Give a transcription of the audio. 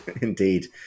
Indeed